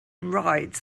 rides